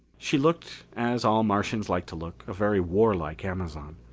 she looked, as all martians like to look, a very warlike amazon.